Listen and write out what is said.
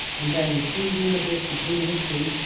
and then, seizing the bit between his teeth,